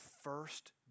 first